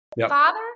Father